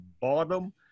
bottom